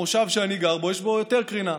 המושב שאני גר בו, יש בו יותר קרינה.